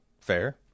Fair